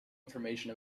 information